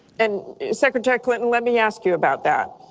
and secretary clinton, let me ask you about that.